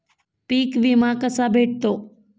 पीक विमा कसा भेटतो?